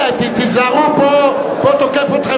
בכל חוק ההגירה.